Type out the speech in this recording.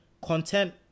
content